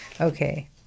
Okay